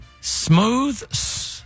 smooth